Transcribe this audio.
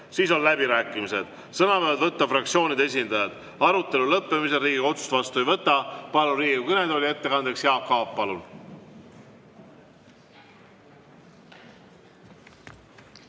Siis on läbirääkimised. Sõna võivad võtta fraktsioonide esindajad. Arutelu lõppemisel Riigikogu otsust vastu ei võta. Palun Riigikogu kõnetooli ettekandjaks Jaak Aabi.